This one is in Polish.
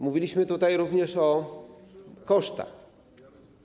Mówiliśmy tutaj również o kosztach.